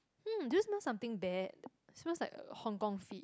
hmm do you smell something bad smells like uh Hong-Kong feet